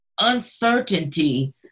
uncertainty